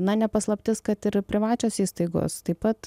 na ne paslaptis kad ir privačios įstaigos taip pat